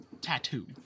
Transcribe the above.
tattoo